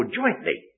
jointly